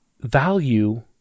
value